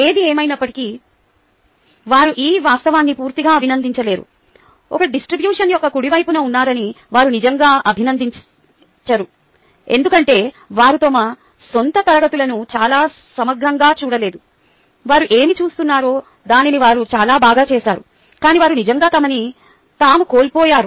ఏది ఏమయినప్పటికీ వారు ఈ వాస్తవాన్ని పూర్తిగా అభినందించలేరు వారు డిస్ట్రిబ్యూషన్ యొక్క కుడి వైపున ఉన్నారని వారు నిజంగా అభినందించరు ఎందుకంటే వారు తమ సొంత తరగతులను చాలా సమగ్రంగా చూడలేదు వారు ఏమి చేస్తున్నారో దానిని వారు చాలా బాగా చేసారు కాని వారు నిజంగా తమని తాము కోల్పోయారు